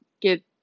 get